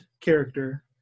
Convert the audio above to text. character